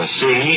see